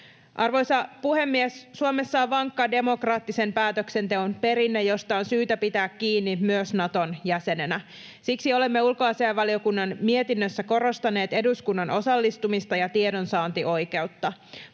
Arvoisa puhemies! Suomessa on vankka demokraattisen päätöksenteon perinne, josta on syytä pitää kiinni myös Naton jäsenenä. Siksi olemme ulkoasiainvaliokunnan mietinnössä korostaneet eduskunnan osallistumista ja tiedonsaantioikeutta.